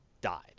died